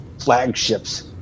flagships